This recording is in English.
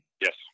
Yes